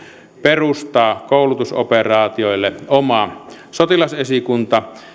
perustaa koulutusoperaatioille oma sotilasesikunta